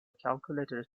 calculator